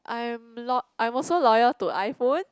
I am loyal I am also loyal to iPhone